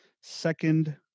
Second